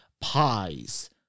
pies